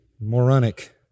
moronic